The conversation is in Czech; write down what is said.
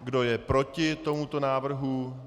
Kdo je proti tomuto návrhu?